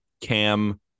Cam